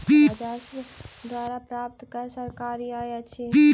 राजस्व द्वारा प्राप्त कर सरकारी आय अछि